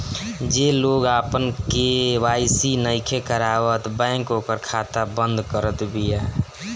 जे लोग आपन के.वाई.सी नइखे करावत बैंक ओकर खाता बंद करत बिया